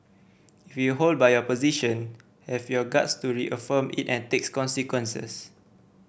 if you hold by your position have your guts to reaffirm it and takes consequences